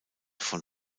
von